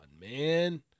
man